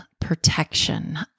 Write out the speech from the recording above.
protection